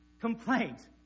complaint